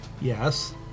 Yes